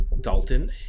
dalton